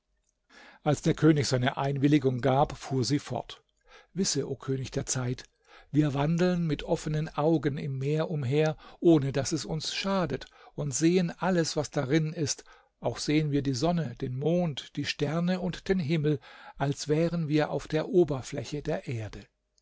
als der könig seine einwilligung gab fuhr sie fort wisse o könig der zeit wir wandeln mit offenen augen im meer umher ohne daß es uns schadet und sehen alles was darin ist auch sehen wir die sonne den mond die sterne und den himmel als wären wir auf der oberfläche der erde